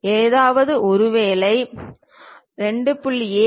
ஏதாவது ஒருவேளை 2